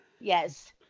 Yes